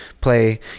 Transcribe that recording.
play